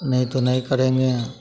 नहीं तो नहीं करेंगे